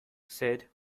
said